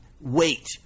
wait